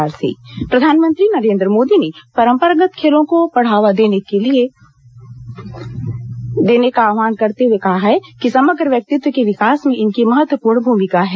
मन की बात प्रधानमंत्री नरेन्द्र मोदी ने परंपरागत खेलों को बढ़ावा देने का आह्वान करते हुए कहा है कि समग्र व्यक्तित्व के विकास में इनकी महत्वपूर्ण भूमिका है